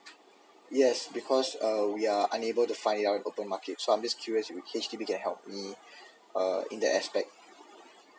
yes because uh we are unable to find it out in the open market so I'm just curious if H_D_B can help me uh in that aspect